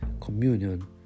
communion